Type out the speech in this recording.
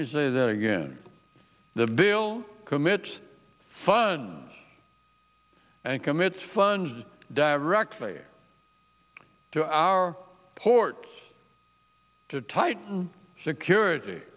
a that again the bill commits fun and commits funds directly to our ports to tighten security